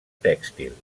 tèxtil